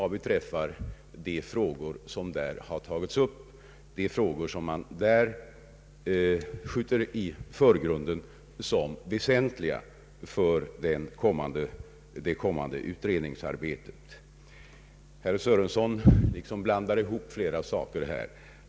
Det gäller de frågor som i statsutskottets utlåtande sköts i förgrunden som väsentliga för det kommande utredningsarbetet. Herr Sörenson liksom blandar ihop flera saker.